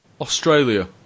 Australia